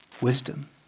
wisdom